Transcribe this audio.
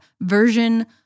version